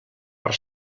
per